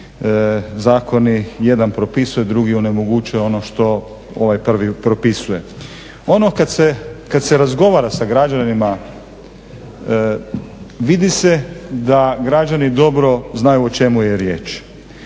Ono kad se razgovara sa građanima vidi se da građani dobro znaju o čemu je riječ.